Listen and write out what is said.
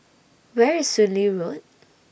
Where IS Soon Lee Road